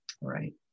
Right